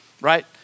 right